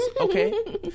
Okay